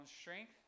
strength